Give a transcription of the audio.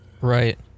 right